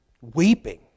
weeping